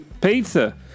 Pizza